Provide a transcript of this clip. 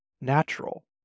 natural